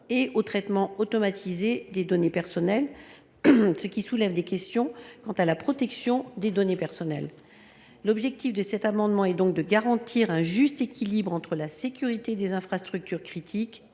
et au traitement automatisé des données personnelles, ce qui soulève des questions quant à la protection de ces dernières. L’objectif de cet amendement est donc de garantir un juste équilibre entre la sécurité des infrastructures critiques